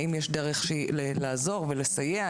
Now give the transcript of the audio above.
האם יש דרך לעזור ולסייע?